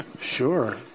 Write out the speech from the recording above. Sure